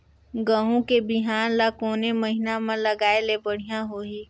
गहूं के बिहान ल कोने महीना म लगाय ले बढ़िया होही?